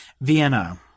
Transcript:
Vienna